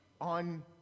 On